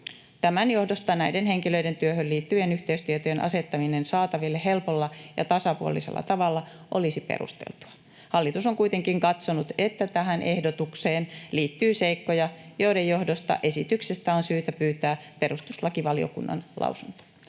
Tämän johdosta näiden henkilöiden työhön liittyvien yhteystietojen asettaminen saataville helpolla ja tasapuolisella tavalla olisi perusteltua. Hallitus on kuitenkin katsonut, että tähän ehdotukseen liittyy seikkoja, joiden johdosta esityksestä on syytä pyytää perustuslakivaliokunnan lausunto.